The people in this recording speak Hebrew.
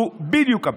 הוא בדיוק הפתרון.